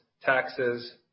taxes